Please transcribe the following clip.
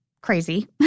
crazy